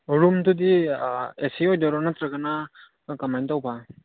ꯑꯣ ꯔꯨꯝꯗꯨꯗꯤ A C ꯑꯣꯏꯗꯣꯏꯔꯣ ꯅꯠꯇ꯭ꯔꯒꯅ ꯀꯃꯥꯏꯅ ꯇꯧꯕ